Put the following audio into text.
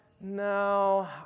no